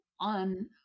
on